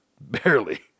Barely